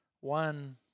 one